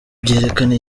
byerekana